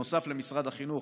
נוסף למשרד החינוך,